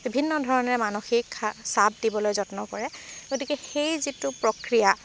বিভিন্ন ধৰণেৰে মানসিক শা চাপ দিবলৈ যত্ন কৰে গতিকে সেই যিটো প্ৰক্ৰিয়া